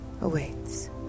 awaits